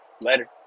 Later